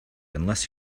unless